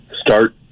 start